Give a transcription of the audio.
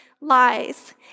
lies